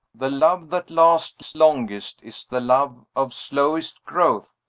the love that lasts longest is the love of slowest growth.